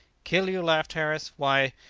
kill you? laughed harris why,